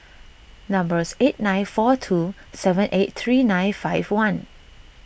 numbers eight nine four two seven eight three nine five one